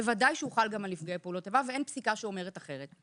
בוודאי שהוא חל גם על נפגעי פעולות איבה ואין פסיקה שאומרת אחרת.